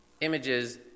images